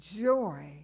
Joy